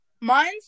Mine's